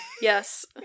Yes